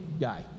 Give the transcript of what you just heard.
guy